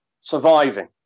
Surviving